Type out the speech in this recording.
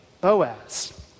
Boaz